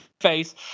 face